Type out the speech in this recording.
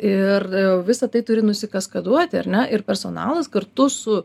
ir visa tai turi nusikaskaduoti ar ne ir personalas kartu su